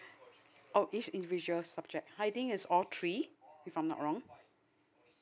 oh each individual subject I think it's all three if I'm not wrong